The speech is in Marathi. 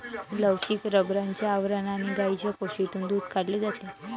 लवचिक रबराच्या आवरणाने गायींच्या कासेतून दूध काढले जाते